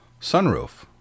sunroof